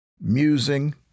musing